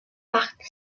machten